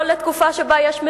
לא לתקופה שבה יש מדינה.